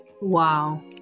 Wow